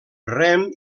rem